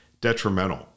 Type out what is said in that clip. detrimental